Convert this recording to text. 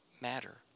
matter